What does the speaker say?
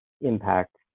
impact